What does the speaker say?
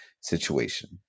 situation